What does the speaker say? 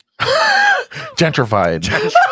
gentrified